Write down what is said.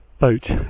boat